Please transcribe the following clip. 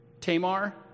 Tamar